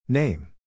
Name